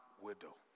widow